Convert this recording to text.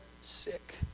sick